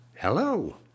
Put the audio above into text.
Hello